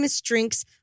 drinks